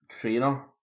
trainer